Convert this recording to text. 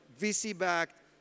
VC-backed